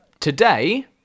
Today